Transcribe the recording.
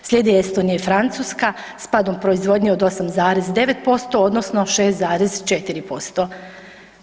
Slijedi Estonija i Francuska s padom proizvodnje od 8,9% odnosno 6,4%